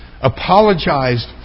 apologized